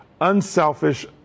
unselfish